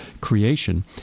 creation